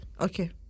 Okay